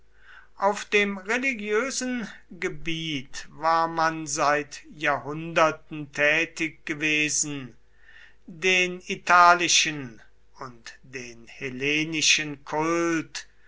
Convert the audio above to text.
auf dem religiösen gebiet war man seit jahrhunderten tätig gewesen den italischen und den hellenischen kult